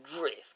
Drift